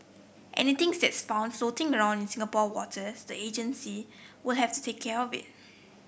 anythings that's found floating in Singapore waters the agency will have to take care of it